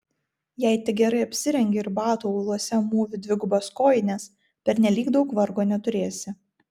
jei tik gerai apsirengi ir batų auluose mūvi dvigubas kojines pernelyg daug vargo neturėsi